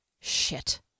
Shit